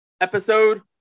Episode